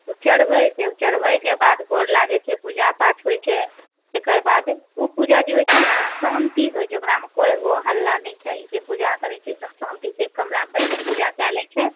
ओ चढ़बै छै चढ़बै के बाद गोर लागै छै पूजा पाठ होइ छै एकरबाद ओ पूजा जे होइ छै ने शान्ति सँ होइ छै ओकरामे कोइ हो हल्ला नहि चाही जे पूजा करै छै एकदम शान्ति सँ कमरा मे बैठ कऽ पूजा कए लै छै